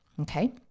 Okay